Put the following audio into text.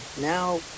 Now